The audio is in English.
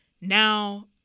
now